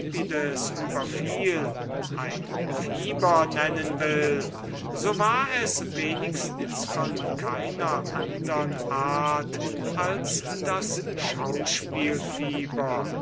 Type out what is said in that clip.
überfiel ein fieber nennen will so war es wenigstens von keiner andern art als das